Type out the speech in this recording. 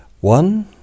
one